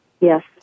Yes